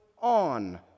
on